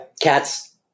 Cats